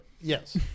Yes